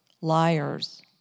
liars